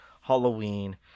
Halloween